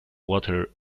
water